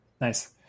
Nice